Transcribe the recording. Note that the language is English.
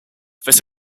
this